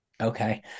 Okay